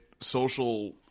social